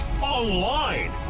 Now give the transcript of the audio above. online